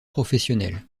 professionnel